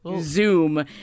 Zoom